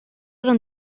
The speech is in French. vingt